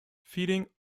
feeding